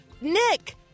Nick